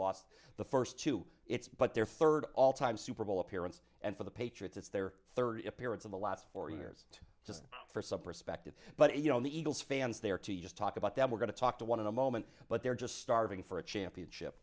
lost the first two it's but their third all time super bowl appearance and for the patriots it's their third appearance in the last four years just for some perspective but you know the eagles fans there to just talk about that we're going to talk to one in a moment but they're just starving for a championship